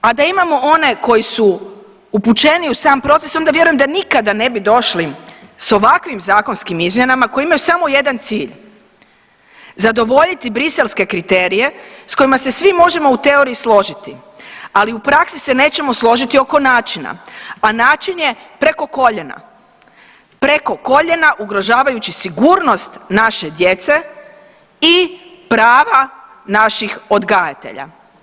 A da imamo one koji su upućeniji u sam proces onda vjerujem da nikada ne bi došli sa ovakvim zakonskim izmjenama koje imaju samo jedan cilj zadovoljiti Bruxellske kriterije sa kojima se svi možemo u teoriji složiti, ali u praksi se nećemo složiti oko načina, a način je preko koljena, preko koljena ugrožavajući sigurnost naše djece i prava naših odgajatelja.